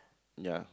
ya